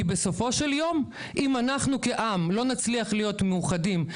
בסופו של יום אם אנחנו כעם לא נצליח להיות מאוחדים,